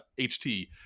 HT